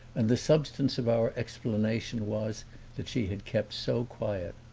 and the substance of our explanation was that she had kept so quiet.